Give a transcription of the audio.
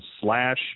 slash